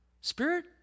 Spirit